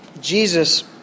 Jesus